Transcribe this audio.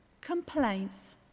complaints